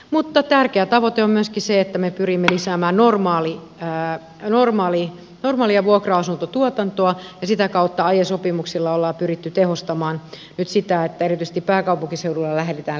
mutta tärkeä tavoite on myöskin se että me pyrimme lisäämään normaalia vuokra asuntotuotantoa ja sitä kautta aie sopimuksilla on pyritty tehostamaan nyt sitä että erityisesti pääkaupunkiseudulla lähdetään liikkeelle